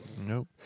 Nope